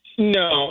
No